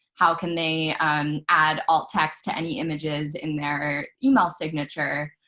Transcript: how can they add alt text to any images in their email signature?